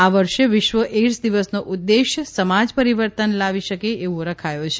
આ વર્ષે વિશ્વ એઇડસ દિવસનો ઉદેશ્ય સમાજ પરીવર્તન લાવી શકે એવો રખાયો છે